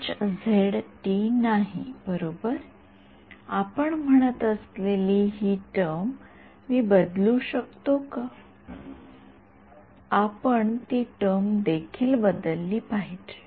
विद्यार्थी आपण म्हणत असलेली ही टर्म मी बदलू शकतो की आपण ती टर्म देखील बदलली पाहिजे